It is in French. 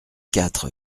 quatre